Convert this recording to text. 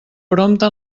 prompte